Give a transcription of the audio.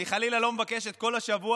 אני חלילה לא מבקש את כל השבוע,